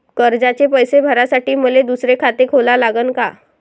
कर्जाचे पैसे भरासाठी मले दुसरे खाते खोला लागन का?